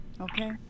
Okay